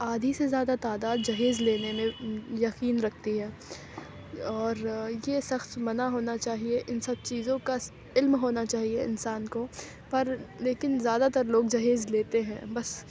آدھی سے زیادہ تعداد جہیز لینے میں یقین رکھتی ہے اور یہ سخت منع ہونا چاہیے اِن سب چیزوں کا علم ہونا چاہیے انسان کو پر لیکن زیادہ تر لوگ جہیز لیتے ہیں بس